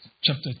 chapter